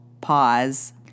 pause